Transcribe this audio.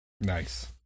Nice